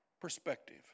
perspective